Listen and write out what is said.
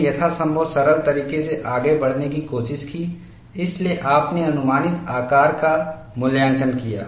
हमने यथासंभव सरल तरीके से आगे बढ़ने की कोशिश की इसलिए आपने अनुमानित आकार का मूल्यांकन किया